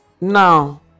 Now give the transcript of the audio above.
Now